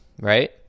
right